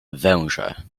wężę